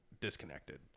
disconnected